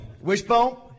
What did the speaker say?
Wishbone